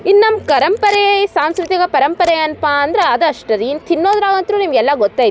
ಇನ್ನು ನಮ್ಮ ಪರಂಪರೆ ಸಾಂಸ್ಕೃತಿಕ ಪರಂಪರೆ ಏನಪ್ಪ ಅಂದ್ರೆ ಅದೂ ಅಷ್ಟೇ ರೀ ಇನ್ನು ತಿನ್ನೋದ್ರಾಗಂತೂ ನಿಮಗೆಲ್ಲ ಗೊತ್ತೈತೆ ರೀ